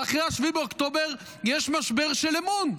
ואחרי 7 באוקטובר יש משבר של אמון,